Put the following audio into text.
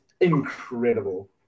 incredible